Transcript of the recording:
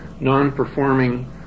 non-performing